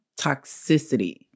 toxicity